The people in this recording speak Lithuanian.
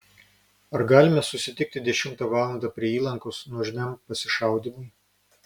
ar galime susitikti dešimtą valandą prie įlankos nuožmiam pasišaudymui